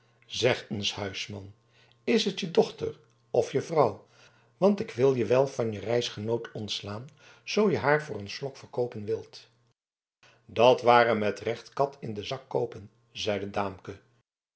zeg eens huisman is t je dochter of je vrouw want ik wil je wel van je reisgenoot ontslaan zoo je haar voor een slok verkoopen wilt dat ware met recht kat in den zak koopen zeide daamke